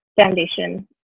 foundation